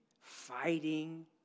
fighting